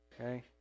Okay